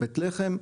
בית לחם,